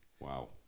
Wow